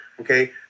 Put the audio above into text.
okay